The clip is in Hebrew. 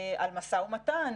על משא ומתן,